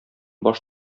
баш